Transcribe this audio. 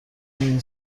این